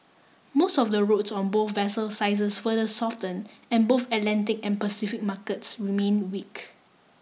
most of the routes on both vessel sizes further soften and both Atlantic and Pacific markets remain weak